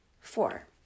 four